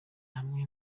hamwe